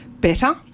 better